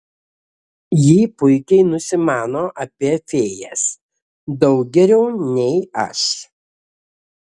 ji puikiai nusimano apie fėjas daug geriau nei aš